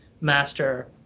master